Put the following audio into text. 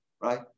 right